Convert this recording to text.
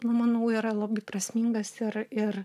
nu manau yra labai prasmingas ir ir